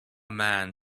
man